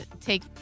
take